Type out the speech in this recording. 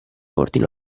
ordinò